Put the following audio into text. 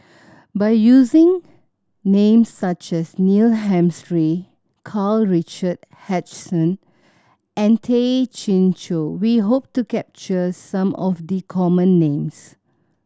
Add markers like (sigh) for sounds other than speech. by using names such as Neil (unintelligible) Karl Richard Hanitsch and Tay Chin Joo we hope to capture some of the common names